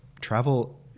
travel